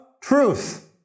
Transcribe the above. truth